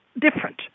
different